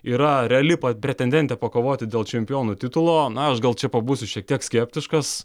yra reali pretendentė pakovoti dėl čempionų titulo na aš gal čia pabūsiu šiek tiek skeptiškas